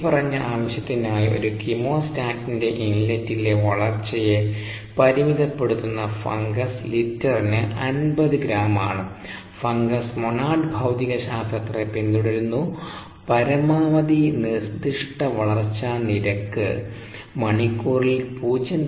മേൽപ്പറഞ്ഞ ആവശ്യത്തിനായി ഒരു കീമോസ്റ്റാറ്റിന്റെ ഇൻലെറ്റിലെ വളർച്ചയെ പരിമിതപ്പെടുത്തുന്ന ഫംഗസ് ലിറ്ററിന് 50 ഗ്രാം ആണ് ഫംഗസ് മോണോഡ് ഭൌതികശാസ്ത്രത്തെ പിന്തുടരുന്നു പരമാവധി നിർദ്ദിഷ്ട വളർച്ചാ നിരക്ക് മണിക്കൂറിൽ 0